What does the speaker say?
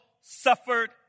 suffered